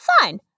fine